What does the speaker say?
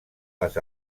les